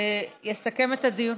יסכם את הדיון,